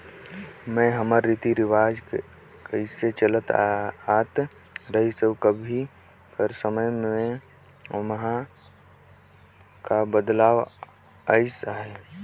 में हमर रीति रिवाज कइसे चलत आत रहिस अउ अभीं कर समे में ओम्हां का बदलाव अइस अहे